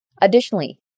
Additionally